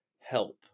help